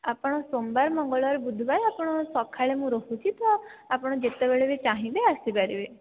ଆପଣ ସୋମବାର ମଙ୍ଗଳବାର ବୁଧବାର ଆପଣ ସଖାଳେ ମୁଁ ରହୁଛି ତ ଆପଣ ଯେତେବେଳେ ବି ଚାହିଁବେ ଆସିପାରିବେ